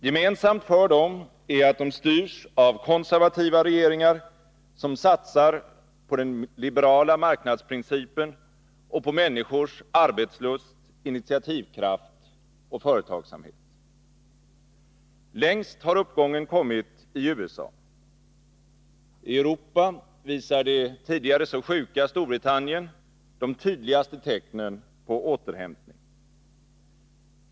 Gemensamt för dem är att de styrs av konservativa regeringar som satsar på den liberala marknadsprincipen och på människors arbetslust, initiativkraft och företagsamhet. Längst har uppgången kommit i USA. I Europa visar det tidigare så sjuka Storbritannien de tydligaste tecknen på återhämtning.